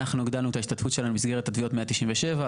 אנחנו הגדלנו את ההשתתפות שלהן במסגרת התביעות 197,